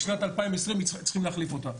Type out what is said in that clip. בשנת 2020 צריך להחליף אותה.